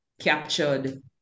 captured